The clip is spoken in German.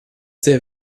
sehr